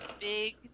big